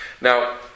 Now